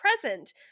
present